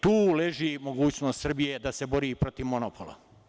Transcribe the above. Tu leži mogućnost Srbije da se bori protiv monopola.